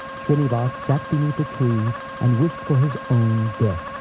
shrinivas sat beneath a tree and wished for his own death.